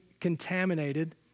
contaminated